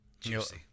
juicy